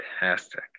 fantastic